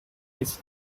his